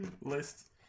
list